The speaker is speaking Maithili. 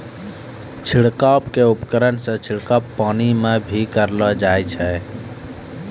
छिड़काव क उपकरण सें छिड़काव पानी म भी करलो जाय छै